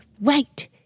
wait